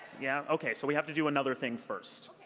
yeah? okay. so we have to do another thing first.